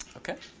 ok.